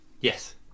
Yes